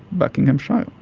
buckinghamshire.